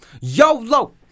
yolo